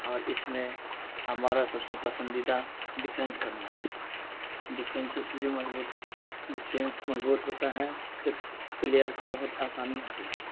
اور اس میں ہمارا سب سے پسندیدہ ڈفینس کرنا ہے ڈفینس اس لیے مضبوط ڈفینس مضبوط ہوتا ہے تو پلیئر کو بہت آسانی ہوتی ہے